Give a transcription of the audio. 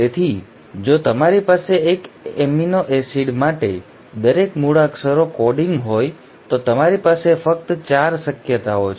તેથી જો તમારી પાસે એક એમિનો એસિડ માટે દરેક મૂળાક્ષરો કોડિંગ હોય તો તમારી પાસે ફક્ત ૪ શક્યતાઓ છે